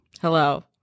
hello